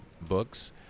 books